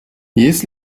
есть